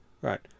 Right